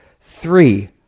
Three